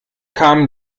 kamen